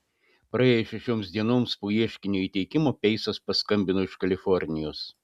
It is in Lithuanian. praėjus šešioms dienoms po ieškinio įteikimo peisas paskambino iš kalifornijos